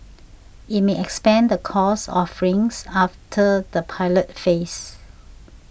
it may expand the course offerings after the pilot phase